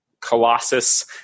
Colossus